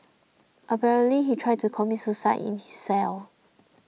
apparently he tried to commit suicide in his cell